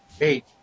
Eight